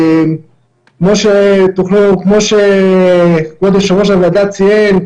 כמו שכבוד יושב-ראש הוועדה ציין,